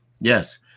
Yes